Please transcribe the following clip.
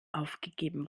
aufgegeben